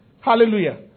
Hallelujah